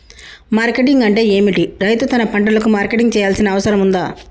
Marketing అంటే ఏమిటి? రైతు తన పంటలకు మార్కెటింగ్ చేయాల్సిన అవసరం ఉందా?